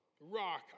rock